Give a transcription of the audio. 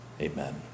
Amen